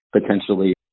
potentially